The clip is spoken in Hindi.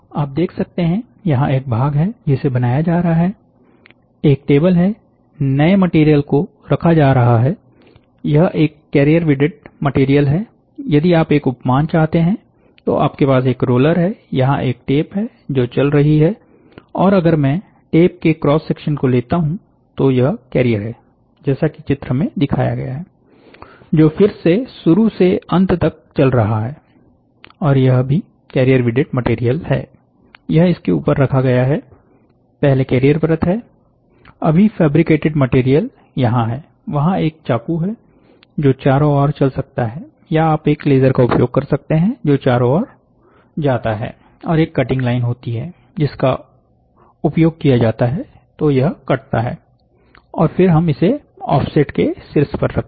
आप देख सकते हैं यहां एक भाग है जिसे बनाया जा रहा है एक टेबल है नए मटेरियल को रखा जा रहा हैयह एक कैरियर विडेड मटेरियल हैयदि आप एक उपमान चाहते हैं तो आपके पास एक रोलर हैयहाँ एक टेप है जो चल रही है और अगर मैं टेप के क्रॉस सेक्शन को लेता हूं तो यह कैरियर है जैसा कि चित्र में दिखाया गया हैजो फिर से शुरू से अंत तक चल रहा हैऔर यह भी कैरियर विडेड मटेरियल है यह इसके ऊपर रखा गया है पहले कैरियर परत है अभी फैब्रिकेटेड मटेरियल यहां है वहां एक चाकू है जो चारों ओर चल सकता है या आप एक लेजर का उपयोग कर सकते हैं जो चारों ओर जाता है और एक कटिंग लाइन होती है जिसका उपयोग किया जाता है तो यह कटता है और फिर हम इसे ऑफसेट के शीर्ष पर रखते हैं